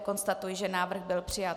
Konstatuji, že návrh byl přijat.